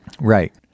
right